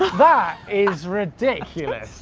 that is ridiculous.